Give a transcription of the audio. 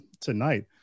tonight